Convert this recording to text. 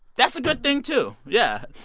that's a good thing, too. yeah.